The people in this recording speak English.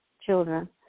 children